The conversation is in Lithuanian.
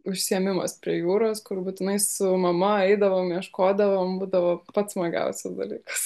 užsiėmimas prie jūros kur būtinai su mama eidavom ieškodavom būdavo pats smagiausias dalykas